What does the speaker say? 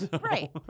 Right